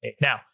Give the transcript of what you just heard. Now